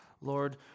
Lord